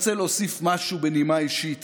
היא תוקצבה בקרוב ל-5.5 מיליארד